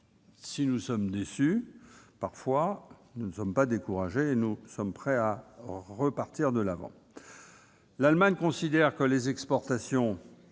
si nous sommes parfois déçus, nous ne sommes pas découragés. Nous sommes donc prêts à repartir de l'avant. L'Allemagne considère que les exportations,